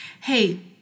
hey